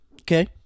Okay